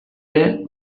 ere